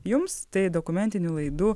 jums tai dokumentinių laidų